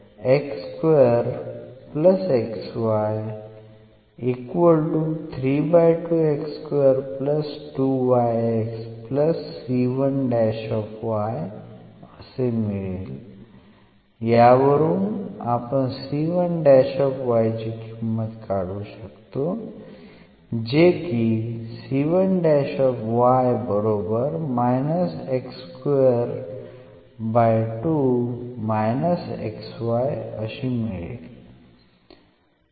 म्हणून मिळेल